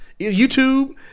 YouTube